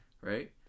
Right